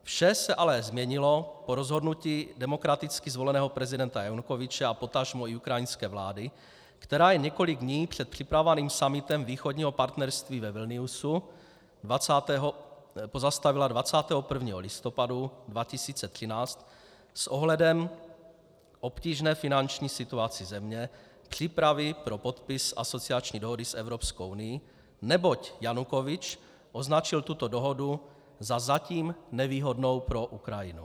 Vše se ale změnilo po rozhodnutí demokraticky zvoleného prezidenta Janukovyče a potažmo i ukrajinské vlády, která jen několik dní před připravovaným summitem Východního partnerství ve Vilniusu pozastavila 21. listopadu 2013 s ohledem k obtížné finanční situaci země přípravy pro podpis asociační dohody s Evropskou unií, neboť Janukovyč označil tuto dohodu za zatím nevýhodnou pro Ukrajinu.